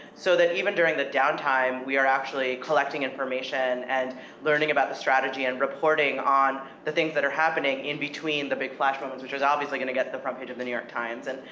so that even during the down time, we are actually collecting information, and learning about the strategy, and reporting on the things that are happening in between the big platforms, which is obviously gonna get the front page of the new york times, and,